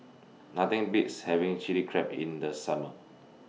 Nothing Beats having Chili Crab in The Summer